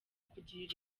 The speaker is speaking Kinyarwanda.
kugirira